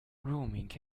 roaming